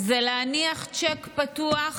זה להניח צ'ק פתוח